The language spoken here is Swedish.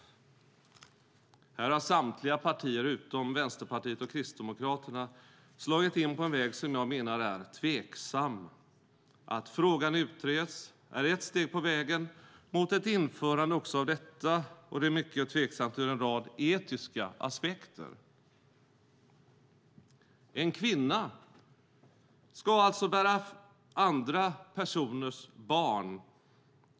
Här har samtliga partier utom Vänsterpartiet och Kristdemokraterna slagit in på en väg som jag menar är tveksam. Att frågan utreds är ett steg på vägen mot ett införande också av detta, och det är mycket tveksamt ur en rad etiska aspekter. En kvinna ska alltså bära andra personers barn.